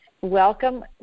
Welcome